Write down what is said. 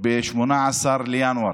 ב-18 בינואר.